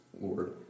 Lord